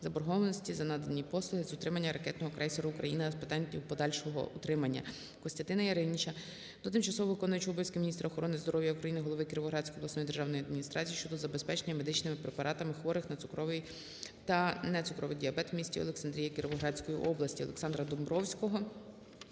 заборгованості за надані послуги з утримання ракетного крейсеру "Україна" та питань його подальшого утримання. Костянтина Яриніча до тимчасово виконуючої обов'язки міністра охорони здоров'я України, голови Кіровоградської обласної державної адміністрації щодо забезпечення медичними препаратами хворих на цукровий та нецукровий діабет в місті Олександрія Кіровоградської області. Олександра Домбровського